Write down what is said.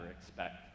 expect